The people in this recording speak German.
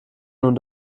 nun